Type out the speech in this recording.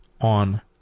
on